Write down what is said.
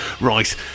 Right